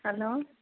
hello